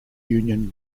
union